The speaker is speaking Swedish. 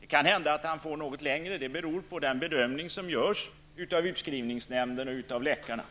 Det kan hända att han får något längre tid. Det beror på den bedömning som görs av utskrivningsnämnden och av läkarna.